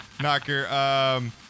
Knocker